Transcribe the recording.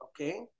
Okay